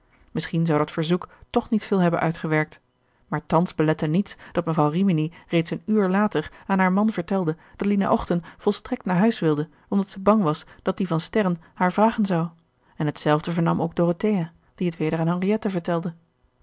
misschien zou dat verzoek toch niet veel hebben uitgewerkt maar thans belette niets dat mevrouw rimini reeds een uur later aan haar man vertelde dat lina ochten volstrekt naar huis wilde omdat zij bang was dat die van sterren haar vragen zou en hetzelfde vernam ook dorothea die het weder aan henriette vertelde